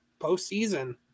postseason